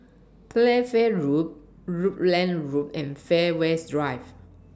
Playfair Road Rutland Road and Fairways Drive